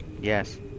Yes